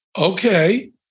okay